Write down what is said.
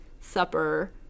Supper